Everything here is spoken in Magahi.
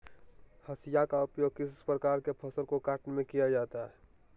हाशिया का उपयोग किस प्रकार के फसल को कटने में किया जाता है?